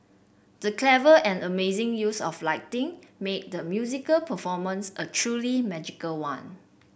the clever and amazing use of lighting made the musical performance a truly magical one